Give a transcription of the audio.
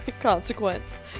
consequence